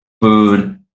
food